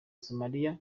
somalia